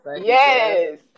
Yes